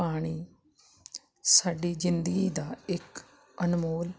ਪਾਣੀ ਸਾਡੀ ਜ਼ਿੰਦਗੀ ਦਾ ਇੱਕ ਅਨਮੋਲ